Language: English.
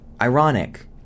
ironic